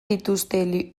dituzte